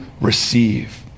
receive